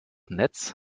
netz